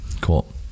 Cool